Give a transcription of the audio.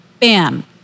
bam